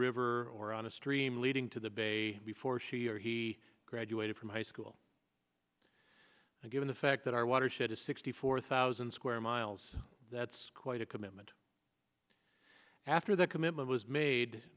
river or on a stream leading to the bay before she or he graduated from high school and given the fact that our watershed is sixty four thousand square miles that's quite a commitment after the commitment was made